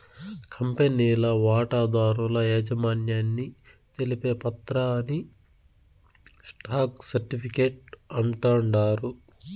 కంపెనీల వాటాదారుల యాజమాన్యాన్ని తెలిపే పత్రాని స్టాక్ సర్టిఫీకేట్ అంటాండారు